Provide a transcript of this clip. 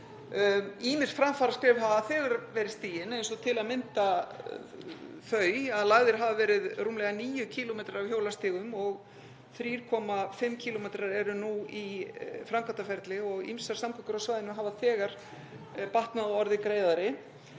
Ýmis framfaraskref hafa þegar verið stigin, eins og til að mynda þau að lagðir hafa verið rúmlega 9 km af hjólastígum og 3,5 km eru nú í framkvæmdaferli og ýmsar samgöngur á svæðinu hafa þegar batnað og orðið greiðari.